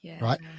right